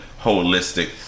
holistic